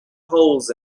holes